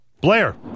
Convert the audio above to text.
Blair